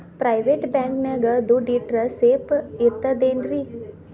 Private bank ನ್ಯಾಗ್ ದುಡ್ಡ ಇಟ್ರ ಸೇಫ್ ಇರ್ತದೇನ್ರಿ?